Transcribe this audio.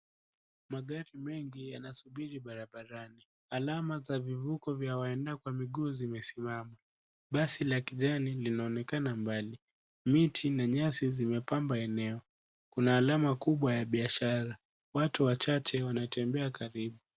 Magari mengi yanasubiri barabarani. Alama za vivuko za waenda kwa miguu zimesimama. Basi la kijani linaonekana mbali. Miti na nyasi zimepamba eneo. Kuna alama kubwa ya biashara. Watu wachache wanatembea karibu.